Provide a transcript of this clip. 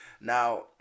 Now